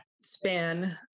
span